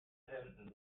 hemden